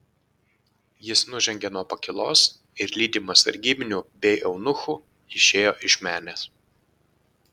jis nužengė nuo pakylos ir lydimas sargybinių bei eunuchų išėjo iš menės